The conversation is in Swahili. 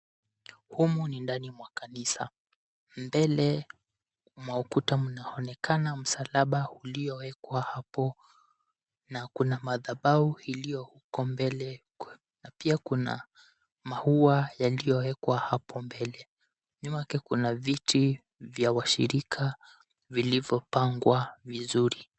Humu ni ndani mwa kanisa, mbele mwa ukuta mnaonekana msalaba uliowekwa hapo, na kuna madhabahu ilioko mbele. Pia kuna, maua yaliyowekwa hapo mbele. Nyuma yake kuna, viti vya washirika vilivyopangwa vizuri.